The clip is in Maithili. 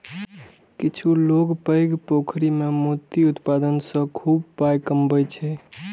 किछु लोक पैघ पोखरि मे मोती उत्पादन सं खूब पाइ कमबै छै